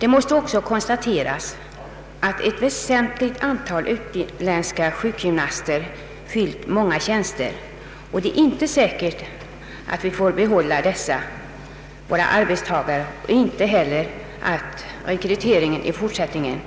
Det måste också konstateras att ett väsentligt antal utländska sjukgymnaster fyllt många tjänster. Det är inte säkert att vi får behålla denna arbetskraft, och det är inte heller säkert att rekryteringen i fortsättningen